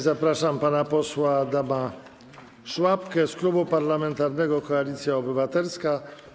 Zapraszam pana posła Adama Szłapkę z Klubu Parlamentarnego Koalicja Obywatelska.